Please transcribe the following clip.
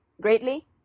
greatly